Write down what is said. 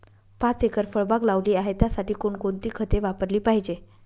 पाच एकर फळबाग लावली आहे, त्यासाठी कोणकोणती खते वापरली पाहिजे?